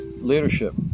leadership